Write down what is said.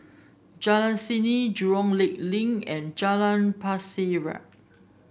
Jalan Seni Jurong Lake Link and Jalan Pasir Ria